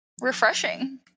Refreshing